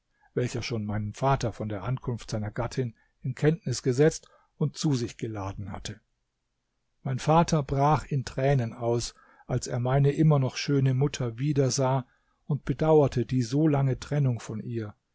welcher schon meinen vater von der ankunft seiner gattin in kenntnis gesetzt und zu sich geladen hatte mein vater brach in tränen aus als er meine immer noch schöne mutter wiedersah und bedauerte die so lange trennung von ihr